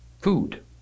food